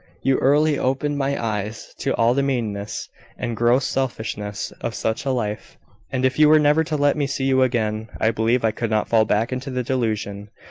you early opened my eyes to all the meanness and gross selfishness of such a life and if you were never to let me see you again, i believe i could not fall back into the delusion.